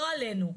לא עלינו.